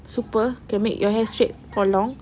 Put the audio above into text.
super can make your hair straight for long